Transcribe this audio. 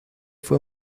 fue